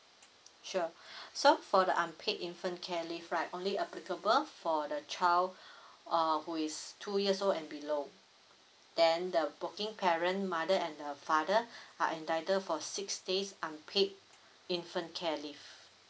sure so for the unpaid infant care leave right only applicable for the child uh who is two years old and below then the working parent mother and the father are entitled for six days unpaid infant care leave